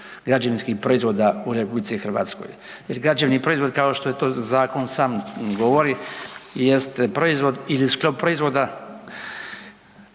građevinskih proizvoda u Republici Hrvatskoj. Jer građevni proizvod kao što to zakon sam govori jeste proizvod ili sklop proizvoda